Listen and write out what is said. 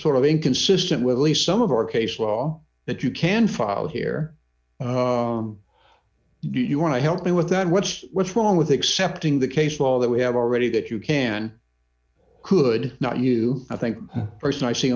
sort of inconsistent with lee some of our case law that you can file here do you want to help me with that which was wrong with accepting the case law that we have already that you can could not you i think person i see